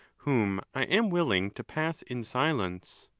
whom i am willing to pass in silence.